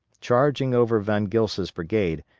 charging over von gilsa's brigade,